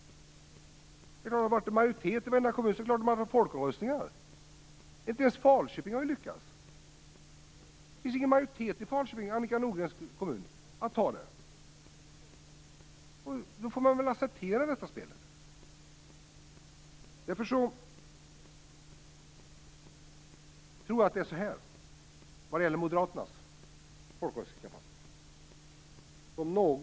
Om man har majoritet i varenda kommun, kan man självklart ha folkomröstningar. Men inte ens Falköping har lyckats med detta. Det finns ingen majoritet för folkomröstning i Falköping, Annika Nordgrens hemkommun. Man får väl då acceptera spelet. Jag tror att det är på följande sätt med moderatarnas folkomröstningskampanj.